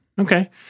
Okay